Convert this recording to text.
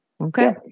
Okay